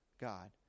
God